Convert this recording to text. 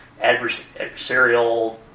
adversarial